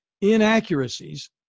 inaccuracies